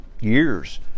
years